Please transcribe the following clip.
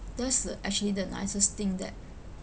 that's the actually the nicest thing that